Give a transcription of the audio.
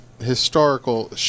historical